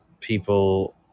people